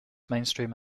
mainstream